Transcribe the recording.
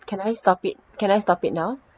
can I stop it can I stop it now